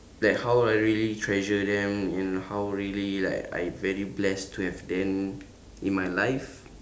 that how I really treasure them and how really like I very blessed to have them in my life